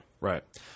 Right